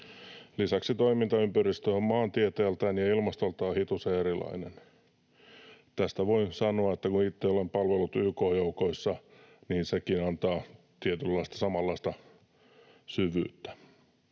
Lisäksi toimintaympäristö on maantieteeltään ja ilmastoltaan hitusen erilainen. Tästä voin sanoa, että kun itse olen palvelut YK-joukoissa, niin sekin antaa tietynlaista samanlaista syvyyttä.